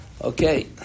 Okay